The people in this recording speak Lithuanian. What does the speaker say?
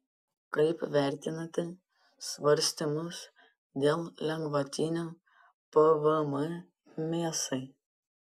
kaip vertinate svarstymus dėl lengvatinio pvm mėsai